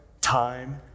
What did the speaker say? Time